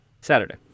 Saturday